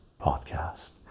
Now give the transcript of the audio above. podcast